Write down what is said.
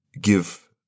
give